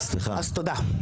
אז תודה.